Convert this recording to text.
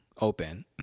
open